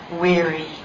weary